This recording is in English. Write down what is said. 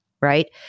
right